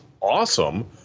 awesome